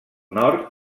nord